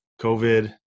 COVID